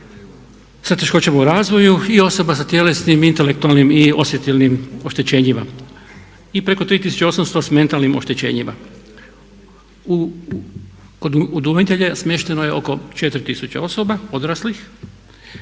sa teškoćama u razvoju i osoba sa tjelesnim, intelektualnim i osjetilnim oštećenjima i preko 3800 s mentalnim oštećenjima. Kod udomitelja smješteno je oko 4000 osoba odraslih,